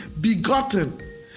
begotten